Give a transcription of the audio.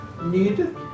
need